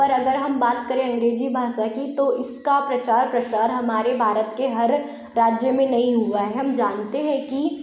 पर अगर हम बात करें अंग्रेजी भाषा की तो इसका प्रचार प्रसार हमारे भारत के हर राज्य में नहीं हुआ है हम जानते है कि